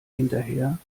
hinterher